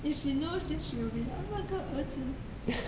if she know then she will be like oh my god 儿子